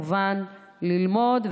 וכמובן ללמוד,